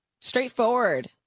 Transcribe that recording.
Straightforward